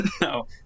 No